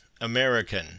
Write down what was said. American